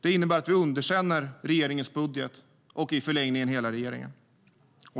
Det innebär att vi underkänner regeringens budget och i förlängningen hela regeringen.